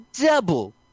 double